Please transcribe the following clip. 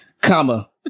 comma